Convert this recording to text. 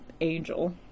Angel